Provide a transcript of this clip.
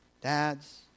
dads